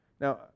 now